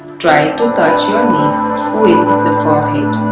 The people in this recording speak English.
try to touch your knees with the forehead.